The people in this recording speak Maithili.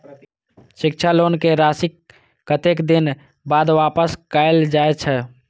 शिक्षा लोन के राशी कतेक दिन बाद वापस कायल जाय छै?